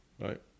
right